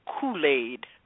Kool-Aid